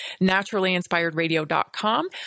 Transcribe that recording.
Naturallyinspiredradio.com